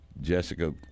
jessica